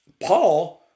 Paul